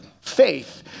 faith